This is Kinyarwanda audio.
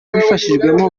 abifashijwemo